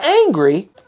angry